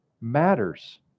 matters